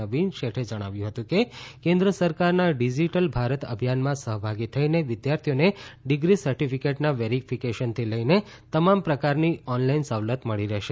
નવીન શેઠે જણાવ્યું હતું કે કેન્દ્ર સરકારના ડિજીટલ ભારત અભિયાનમાં સહભાગી થઈને વિદ્યાર્થીઓને ડિગ્રી સર્ટીફિકેટના વેરીફિકેશન થી લઈને તમામ પ્રકારની ઓનલાઈન સવલત મળી રહશે